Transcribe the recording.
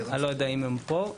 לא יודע אם הם פה,